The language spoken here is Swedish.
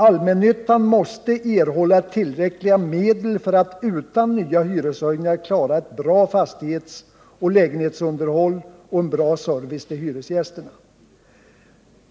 Allmännyttan måste erhålla tillräckliga medel för att utan nya hyreshöjningar klara ett bra fastighetsoch lägenhetsunderhåll och en bra service till hyresgästerna.